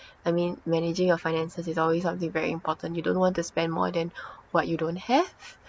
I mean managing your finances is always something very important you don't want to spend more than what you don't have